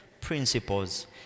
principles